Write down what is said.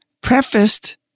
prefaced